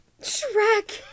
Shrek